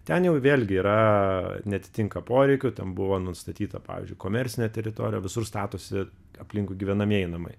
ten jau vėlgi yra neatitinka poreikių ten buvo nustatyta pavyzdžiui komercinė teritorija visur statosi aplinkui gyvenamieji namai